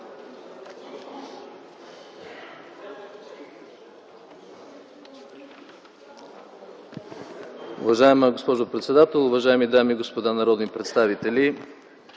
Уважаема госпожо председател, уважаеми дами и господа народни представители!